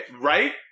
right